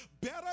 better